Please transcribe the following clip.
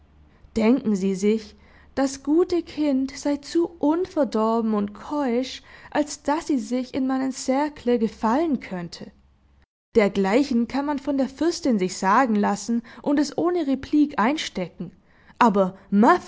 denken sie sich das gute kind sei zu unverdorben und keusch als daß sie sich in meinen cercles gefallen könnte dergleichen kann man von der fürstin sich sagen lassen und es ohne replik einstecken aber